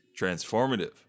transformative